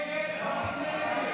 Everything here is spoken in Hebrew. הסתייגות 2